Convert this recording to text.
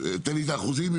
תן לי את האחוזים,